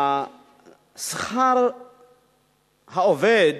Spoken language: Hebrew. שכר העובד